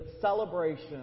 celebration